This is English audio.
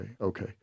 Okay